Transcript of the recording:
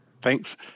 Thanks